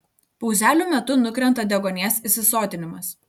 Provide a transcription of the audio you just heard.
pauzelių metu nukrenta deguonies įsisotinimas